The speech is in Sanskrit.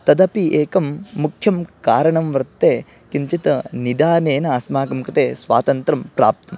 तदपि एकं मुख्यं कारणं वर्तते किञ्चित् निधानेन अस्माकं कृते स्वातन्त्रं प्राप्तुम्